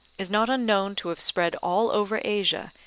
is not unknown to have spread all over asia,